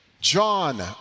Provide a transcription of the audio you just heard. John